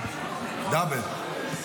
דאבל.